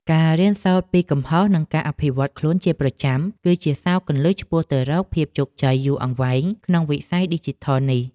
ការរៀនសូត្រពីកំហុស និងការអភិវឌ្ឍខ្លួនជាប្រចាំ គឺជាសោរគន្លឹះឆ្ពោះទៅរកភាពជោគជ័យយូរអង្វែងក្នុងវិស័យឌីជីថលនេះ។